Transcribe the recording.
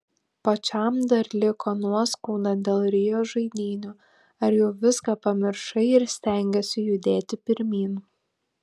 pačiam dar liko nuoskauda dėl rio žaidynių ar jau viską pamiršai ir stengiesi judėti pirmyn